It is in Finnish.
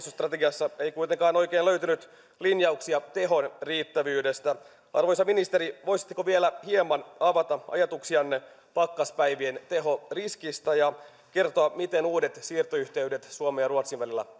ja ilmastostrategiasta ei kuitenkaan oikein löytynyt linjauksia tehon riittävyydestä arvoisa ministeri voisitteko vielä hieman avata ajatuksianne pakkaspäivien tehoriskistä ja kertoa miten uudet siirtoyhteydet suomen ja ruotsin välillä